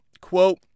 Quote